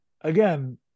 again